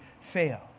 fail